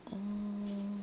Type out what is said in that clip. uh